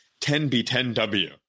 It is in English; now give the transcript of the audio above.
10b10w